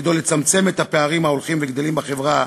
שתפקידו לצמצם את הפערים ההולכים וגדלים בחברה